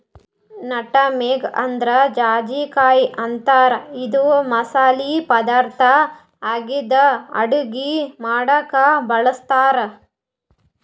nutmeg ಅಂದ್ರ ಜಾಯಿಕಾಯಿ ಅಂತಾರ್ ಇದು ಮಸಾಲಿ ಪದಾರ್ಥ್ ಆಗಿದ್ದ್ ಅಡಗಿ ಮಾಡಕ್ಕ್ ಬಳಸ್ತಾರ್